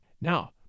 Now